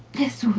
this.